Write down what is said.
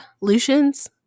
Lucian's